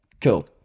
cool